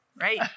right